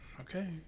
Okay